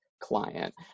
client